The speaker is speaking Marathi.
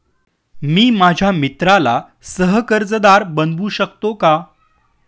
मी माझ्या मित्राला सह कर्जदार बनवू शकतो का?